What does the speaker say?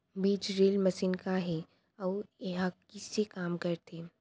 बीज drill machine का हे अऊ एहा कइसे काम करथे?